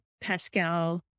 Pascal